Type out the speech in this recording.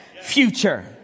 future